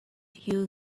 you